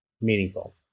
meaningful